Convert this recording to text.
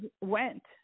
went